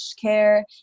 care